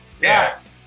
yes